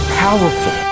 powerful